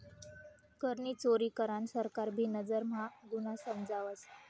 करनी चोरी करान सरकार भी नजर म्हा गुन्हा समजावस